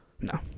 No